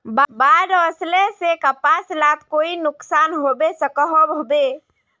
बाढ़ वस्ले से कपास लात कोई नुकसान होबे सकोहो होबे?